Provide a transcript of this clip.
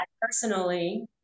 personally